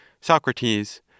Socrates